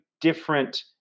different